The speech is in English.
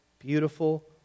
Beautiful